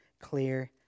clear